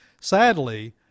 sadly